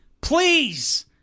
please